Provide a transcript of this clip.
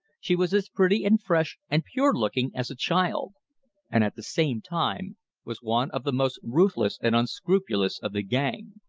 she was as pretty and fresh and pure-looking as a child and at the same time was one of the most ruthless and unscrupulous of the gang.